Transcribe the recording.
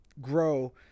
grow